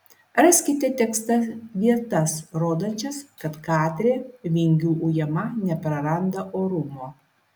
raskite tekste vietas rodančias kad katrė vingių ujama nepraranda orumo